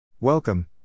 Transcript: Welcome